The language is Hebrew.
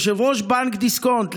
יושב-ראש בנק דיסקונט,